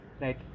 right